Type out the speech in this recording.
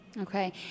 Okay